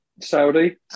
Saudi